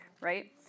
right